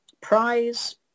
Prize